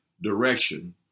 direction